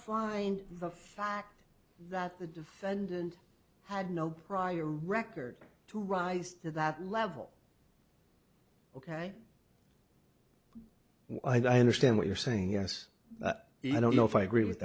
find the fact that the defendant had no prior record to rise to that level ok i understand what you're saying yes but then i don't know if i agree wit